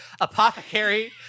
apothecary